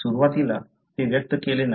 सुरुवातीला ते व्यक्त केले गेले नाही